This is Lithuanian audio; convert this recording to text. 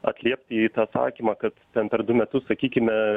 atliepti į tą sakymą kad ten per du metus sakykime